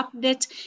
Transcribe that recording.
update